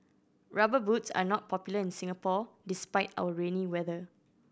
Rubber Boots are not popular in Singapore despite our rainy weather